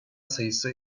sayısı